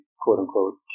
quote-unquote